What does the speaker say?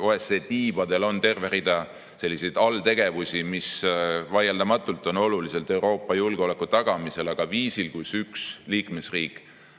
OSCE tiibadel on terve rida selliseid alltegevusi, mis vaieldamatult on oluliselt Euroopa julgeoleku tagamisel, aga viisil, kus üks liikmesriik